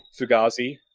Fugazi